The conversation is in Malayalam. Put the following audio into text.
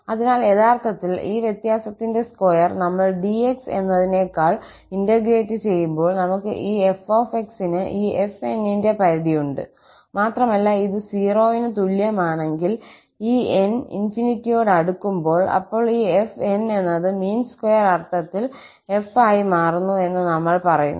അതിനാൽ യഥാർത്ഥത്തിൽ ഈ വ്യത്യാസത്തിന്റെ സ്ക്വയർ നമ്മൾ 𝑑𝑥 എന്നതിനേക്കാൾ ഇന്റഗ്രേറ്റ് ചെയ്യുമ്പോൾ നമുക്ക് ഈ 𝑓𝑥ന് ഈ 𝑓𝑛 ന്റെ പരിധി ഉണ്ട് മാത്രമല്ല ഇത് 0 ന് തുല്യമാണെങ്കിൽ ഈ n ∞യോട് അടുക്കുമ്പോൾ അപ്പോൾ ഈ 𝑓𝑛 എന്നത് മീൻ സ്ക്വയർ അർത്ഥത്തിൽ 𝑓 ആയി മാറുന്നു എന്ന് ഞങ്ങൾ പറയുന്നു